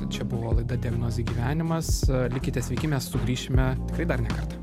čia buvo laida diagnozė gyvenimas likite sveiki mes sugrįšime tikrai dar ne kartą